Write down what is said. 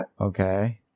Okay